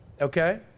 Okay